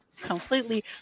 completely